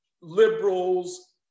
liberals